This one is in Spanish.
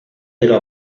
pero